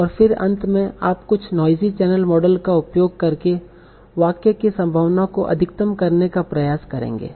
और फिर अंत में आप कुछ नोइज़ी चैनल मॉडल का उपयोग करके वाक्य की संभावना को अधिकतम करने का प्रयास करेंगे